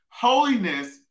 Holiness